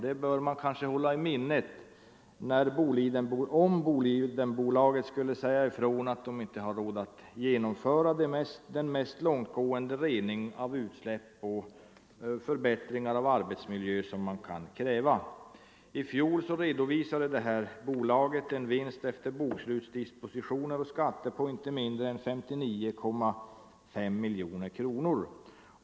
Det bör man hålla i minnet om Bolidenbolaget skulle säga ifrån att man inte har råd att genomföra den mest långtgående rening av utsläpp och förbättringar av arbetsmiljön som man kan kräva. I fjol redovisade bolaget en vinst efter bokslutsdispositioner och skatter på inte mindre än 59,5 miljoner kronor.